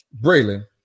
Braylon